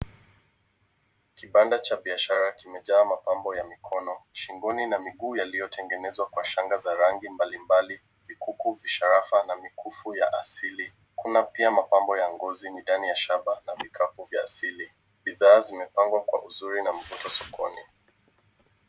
Kibanda cha biashara kimejaa mapambo ya mikono, shingoni na miguu yaliyotengenezwa kwa shanga za rangi mbalimbali. Vikiku, visharafa na mikufu ya asili. Kuna pia mapambo ya ngozi nidani ya shaba na vikapu vya asili. Bidhaa zimepangwa kwa uzuri na mvuto sokoni.